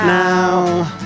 now